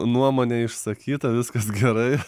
nuomonė išsakyta viskas gerai